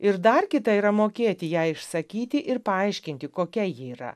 ir dar kita yra mokėti ją išsakyti ir paaiškinti kokia ji yra